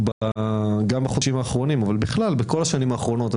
בחודשים האחרונים ובכלל בכל השנים האחרונות.